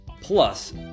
plus